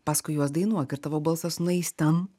paskui juos dainuok ir tavo balsas nueis ten